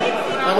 רבותי,